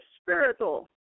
spiritual